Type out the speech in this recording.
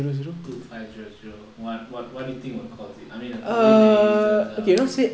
two five zero zero what what you think will cause it I mean there are probably many reasons ah but